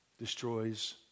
destroys